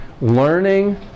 learning